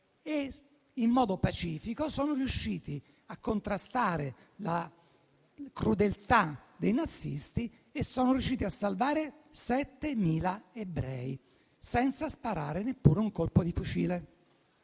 in modo pacifico, sono riusciti a contrastare la crudeltà dei nazisti, salvando 7.000 ebrei, senza sparare neppure un colpo di fucile.